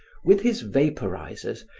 with his vaporizers,